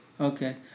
Okay